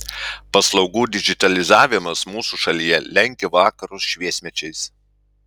paslaugų digitalizavimas mūsų šalyje lenkia vakarus šviesmečiais